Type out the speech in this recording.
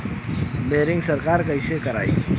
Boring सरकार कईसे करायी?